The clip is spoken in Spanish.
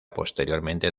posteriormente